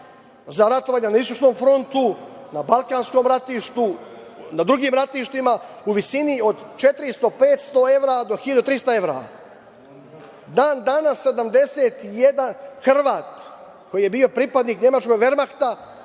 za ratovanja na istočnom frontu, na balkanskom ratištu, na drugim ratištima, u visini od 400, 500 evra do 1.300 evra. Dan-danas 71 Hrvat koji je bio pripadnik nemačkog Vermahta